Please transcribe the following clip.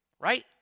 Right